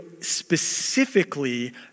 specifically